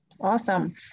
Awesome